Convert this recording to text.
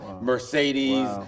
Mercedes